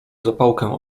zapałkę